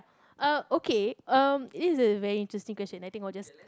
uh okay um this is a very interesting question I think I will just